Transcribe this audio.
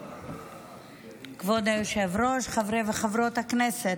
כבוד היושב-ראש, חברי וחברות הכנסת,